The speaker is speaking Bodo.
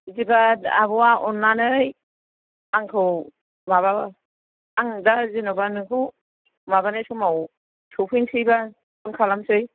बिदिबा आब'या अन्नानै आंखौ माबा आं दा जेनोबा नोंखौ माबानाय समाव सौफैसैबा फन खालामसै